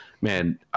man